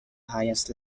highest